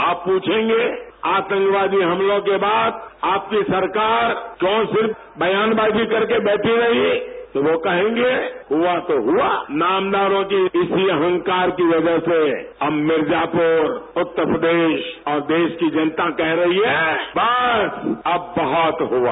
आप पूछंगे कि आतंकवादी हमलों के बाद आपकी सरकार क्यों सिर्फ बयानवाजी करके बैठी रही तो वह कहंगे हुआ तो हुआ नामदारों की इसी अहंकार की वजह से अब मिर्जापुर उत्तर प्रदेश और देश की जनता कह रही है कि बस अब बहुत हुआ